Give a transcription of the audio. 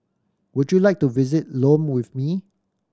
would you like to visit Lome with me